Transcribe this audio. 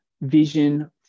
vision